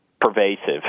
pervasive